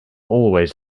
always